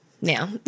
Now